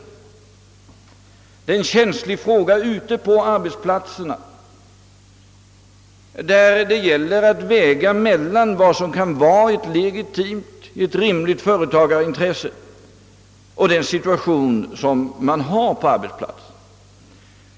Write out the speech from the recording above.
Och det är en känslig fråga ute på arbetsplatserna. Där gäller det att väga mellan vad som kan vara ett rimligt, legitimt företagarintresse och vad som betingas av rådande situation på arbetsplatsen.